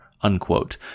unquote